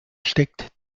steckt